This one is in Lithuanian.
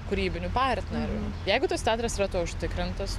kūrybinių partnerių jeigu tas teatras yra tuo užtikrintas